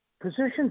position